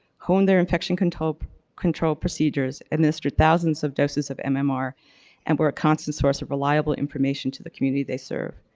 horn their infection control control procedures, administer thousands of doses of mmr and were a constant source of reliable information to the community they serve.